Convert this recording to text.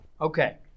Okay